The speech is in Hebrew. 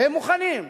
והם מוכנים,